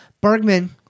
Bergman